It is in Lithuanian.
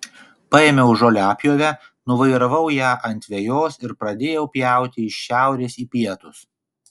paėmiau žoliapjovę nuvairavau ją ant vejos ir pradėjau pjauti iš šiaurės į pietus